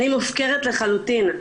אני מופקרת לחלוטין,